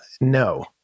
no